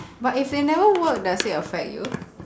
but if they never work does it affect you